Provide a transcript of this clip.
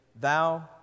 Thou